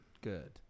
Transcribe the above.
good